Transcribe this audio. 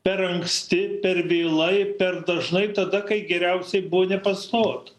per anksti per vėlai per dažnai tada kai geriausiai buvo nepastot